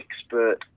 expert